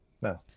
No